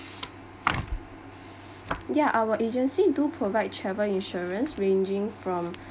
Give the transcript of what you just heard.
yeah our agency do provide travel insurance ranging from